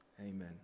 Amen